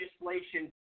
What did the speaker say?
legislation